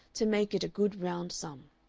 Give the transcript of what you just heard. to make it a good round sum.